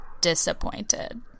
disappointed